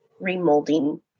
remolding